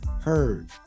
heard